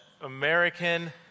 American